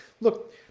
look